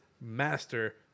master